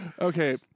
Okay